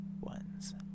ones